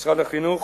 משרד החינוך